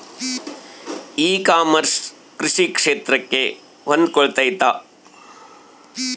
E commerce ಕೃಷಿ ಕ್ಷೇತ್ರಕ್ಕೆ ಹೊಂದಿಕೊಳ್ತೈತಾ?